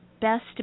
best